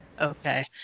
Okay